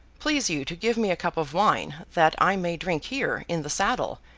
please you to give me a cup of wine, that i may drink here, in the saddle,